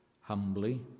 humbly